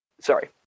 sorry